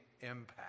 impact